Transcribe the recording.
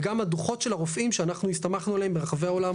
וגם הדוחות של הרופאים שאנחנו הסתמכנו עליהם ברחבי העולם,